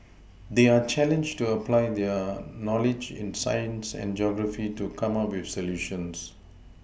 they are challenged to apply their knowledge in science and geography to come up with solutions